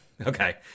Okay